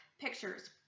pictures